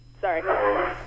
Sorry